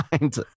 mind